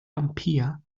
ampere